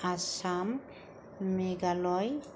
Assam Meghalaya